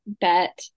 bet